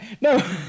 no